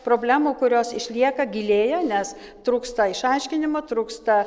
problemų kurios išlieka gilėja nes trūksta išaiškinimo trūksta